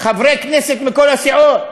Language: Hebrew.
חברי כנסת מכל הסיעות,